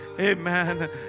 Amen